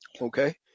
Okay